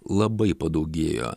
labai padaugėjo